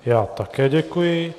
Já také děkuji.